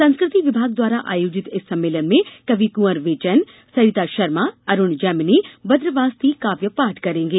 संस्कृति विभाग द्वारा आयोजित इस सम्मेलन में कवि क्वर बैचेन सरिता शर्मा अरुण जैमिनी बद्र वास्ती काव्य पाठ करेंगे